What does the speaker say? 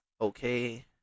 okay